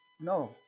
No